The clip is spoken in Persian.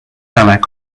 نمک